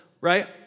right